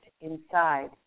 inside